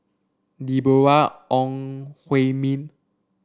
Deborah Ong Hui Min